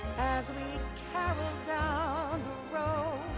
as we carol down the road